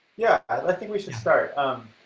yeah, i think we should start. um